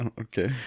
Okay